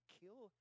kill